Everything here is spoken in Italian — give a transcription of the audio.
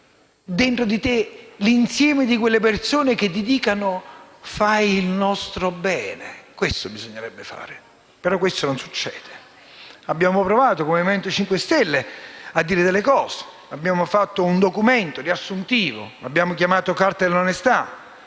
dentro di te l'insieme di quelle persone che dicono: fai il nostro bene. Questo bisognerebbe fare, ma questo non succede. Abbiamo provato, come Movimento 5 Stelle, a dire delle cose. Abbiamo prodotto un documento riassuntivo, chiamato Carta dell'onestà,